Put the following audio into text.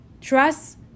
trust